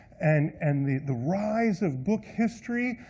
and and the the rise of book history,